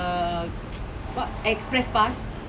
but it was damn fun it was not that bad